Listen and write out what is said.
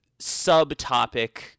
subtopic